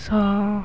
ହଁ